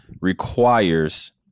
requires